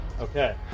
Okay